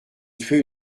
tuer